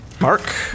Mark